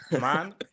Man